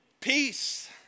Peace